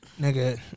Nigga